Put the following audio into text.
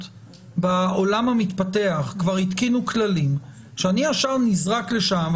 בעולם המתפתח כבר התקינו כללים שאני ישר נזרק לשם,